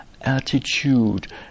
attitude